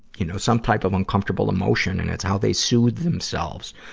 you know, some type of uncomfortable emotional, and it's how they soothe themselves.